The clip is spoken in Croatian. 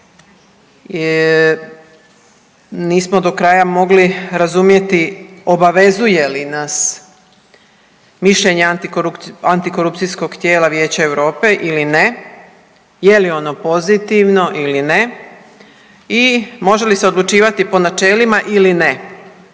nismo do kraja mogli razumjeti obavezuje li nas mišljenje antikorupcijskog tijela Vijeća Europe ili ne, je li ono pozitivno ili ne i može li se odlučivati po načelima ili ne.